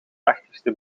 tachtigste